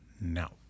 now